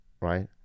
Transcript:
right